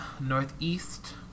Northeast